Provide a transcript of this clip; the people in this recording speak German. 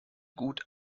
gut